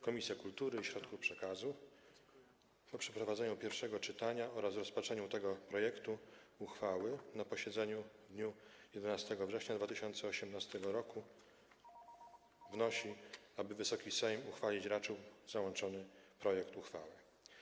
Komisja Kultury i Środków Przekazu po przeprowadzeniu pierwszego czytania oraz rozpatrzeniu tego projektu uchwały na posiedzeniu w dniu 11 września 2018 r. wnosi, aby Wysoki Sejm uchwalić raczył załączony projekt uchwały.